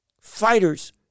fighters